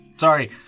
Sorry